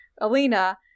Alina